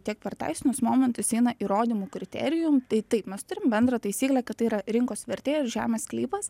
tiek per teisinius momentus eina įrodymų kriterijum tai taip mes turim bendrą taisyklę kad tai yra rinkos vertė žemės sklypas